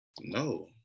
No